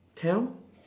tell